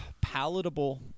palatable